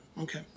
okay